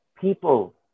people